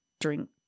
drink